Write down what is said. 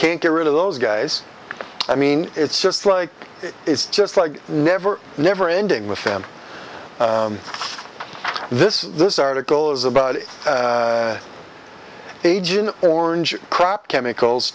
can't get rid of those guys i mean it's just like it's just like never never ending with them this is this article is about agent orange crop chemicals